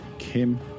Kim